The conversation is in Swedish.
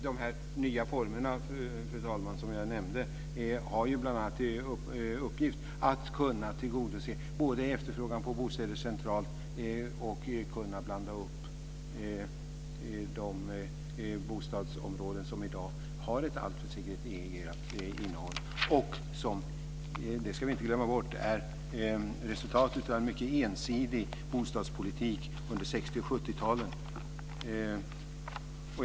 Fru talman! De nya former som jag nämnde har till uppgift att tillgodose efterfrågan på bostäder centralt och blanda upp de bostadsområden som i dag har ett alltför segregerat innehåll. Vi ska inte glömma bort att de områdena är resultatet av en mycket ensidig bostadspolitik under 60 och 70-talen.